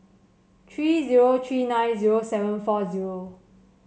three zero three nine zero seven four zero